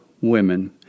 women